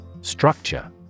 Structure